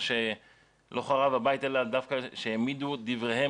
האם זה משהו שלקחתם בחשבון כשגיבשתם את העמדה?